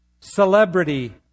celebrity